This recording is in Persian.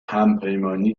همپیمانی